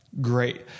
Great